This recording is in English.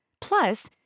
Plus